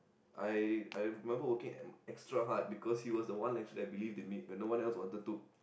I I remember working extra hard because he was the one lecturer that I believe in me you know one else I wanted to